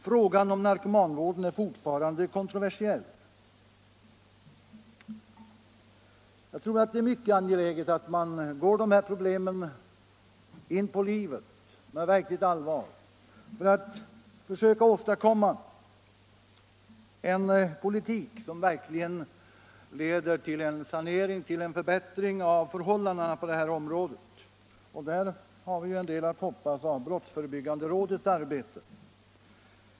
Frågan om narkomanvården är fortfarande kontroversiell. Jag tror att det är mycket angeläget att man går de här problemen inpå livet med allvar för att försöka åstadkomma en politik som verkligen leder till en sanering, till en förbättring av förhållandena på området, och där har vi ju en del att hoppas av brottsförebyggande rådets arbete.